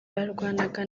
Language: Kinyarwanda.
barwanaga